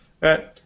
right